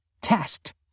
tasked